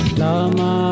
lama